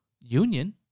union